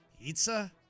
Pizza